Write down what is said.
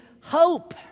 hope